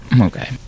Okay